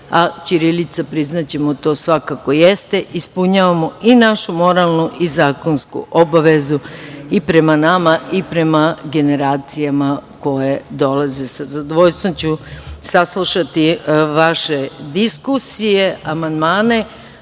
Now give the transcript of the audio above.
a ćirilica, priznaćemo, to svako jeste, ispunjavamo i našu moralnu i zakonsku obavezu i prema nama i prema generacijama koje dolaze. Sa zadovoljstvom